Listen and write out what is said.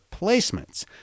placements